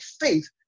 faith